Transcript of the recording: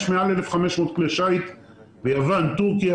יש מעל 1,500 כלי שיט בנמל תורכיה,